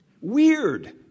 Weird